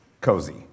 cozy